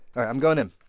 i'm going in